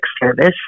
Service